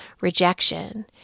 rejection